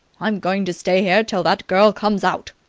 i'm going to stay here till that girl comes out,